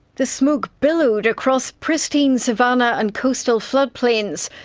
the smoke billowed across pristine savannah and coastal floodplains,